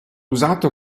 usato